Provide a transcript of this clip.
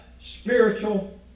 spiritual